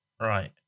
Right